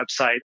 website